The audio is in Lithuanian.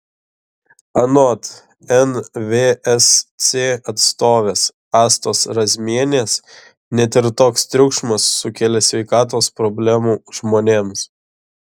anot nvsc atstovės astos razmienės net ir toks triukšmas sukelia sveikatos problemų žmonėms